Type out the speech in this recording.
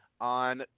on